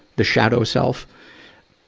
the shadow self?